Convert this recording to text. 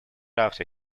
after